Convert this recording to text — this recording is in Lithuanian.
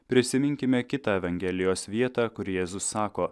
prisiminkime kitą evangelijos vietą kur jėzus sako